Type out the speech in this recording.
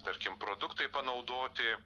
tarkim produktai panaudoti